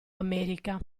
america